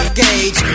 gauge